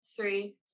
three